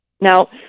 Now